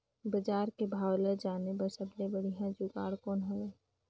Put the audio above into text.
बजार के भाव ला जाने बार सबले बढ़िया जुगाड़ कौन हवय?